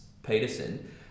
Peterson